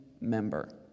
member